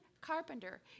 carpenter